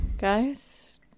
guys